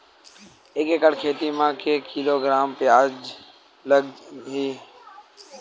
एक एकड़ खेती म के किलोग्राम प्याज लग ही?